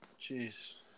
Jeez